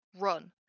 Run